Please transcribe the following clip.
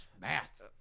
math